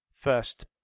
first